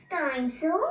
Dinosaur